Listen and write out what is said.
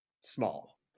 small